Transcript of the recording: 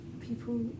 people